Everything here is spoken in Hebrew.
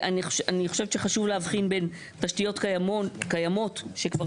אני חושבת שחשוב להבחין בין תשתיות קיימות שכבר